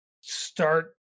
start